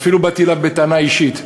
אפילו באתי אליו בטענה אישית,